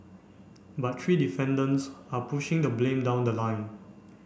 but three defendants are pushing the blame down the line